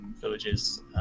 Villages